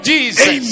Jesus